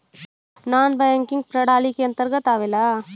नानॅ banking प्रणाली के अंतर्गत आवेला